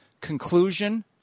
conclusion